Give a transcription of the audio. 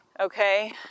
Okay